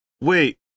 wait